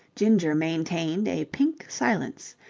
ginger maintained a pink silence.